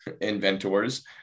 inventors